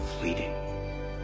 fleeting